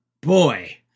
boy